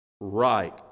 right